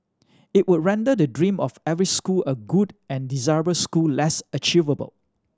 it would render the dream of every school a good and desirable school less achievable